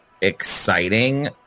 exciting